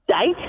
date